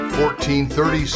1430